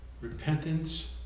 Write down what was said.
repentance